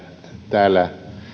täällä